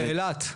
אילת,